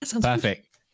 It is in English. Perfect